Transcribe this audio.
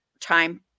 time